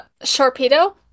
Sharpedo